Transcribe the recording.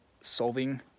solving